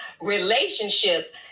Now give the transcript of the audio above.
Relationship